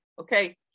Okay